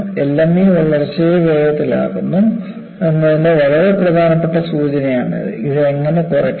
LME വളർച്ചയെ വേഗത്തിലാക്കുന്നു എന്നതിന്റെ വളരെ പ്രധാനപ്പെട്ട സൂചനയാണിത് ഇത് എങ്ങനെ കുറയ്ക്കാം